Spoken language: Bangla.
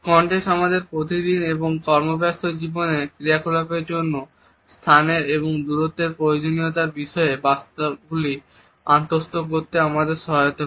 কন্টেক্সট আমাদের প্রতিদিন এবং কর্মব্যস্ত জীবনের ক্রিয়াকলাপের জন্য স্থানের এবং দূরত্বের প্রয়োজনীয়তার বিষয়ে বার্তাগুলি আত্মস্থ করতে আমাদের সহায়তা করে